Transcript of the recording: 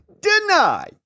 deny